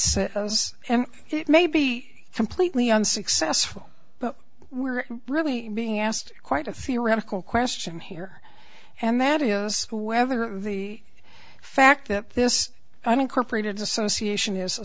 those and it may be completely unsuccessful but we're really being asked quite a theoretical question here and that is whether the fact that this unincorporated association is a